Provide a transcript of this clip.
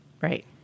Right